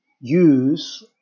use